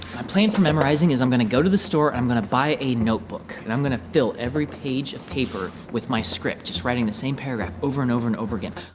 i plan for memorizing is i'm gonna go to the store i'm gonna buy a notebook and i'm gonna fill every page of paper with my script just writing the same paragraph over and over and over again